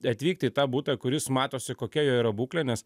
atvykti į tą butą kuris matosi kokia jo yra būklė nes